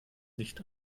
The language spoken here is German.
nicht